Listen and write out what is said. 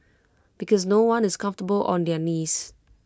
because no one is comfortable on their knees